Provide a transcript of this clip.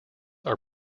are